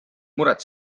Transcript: muret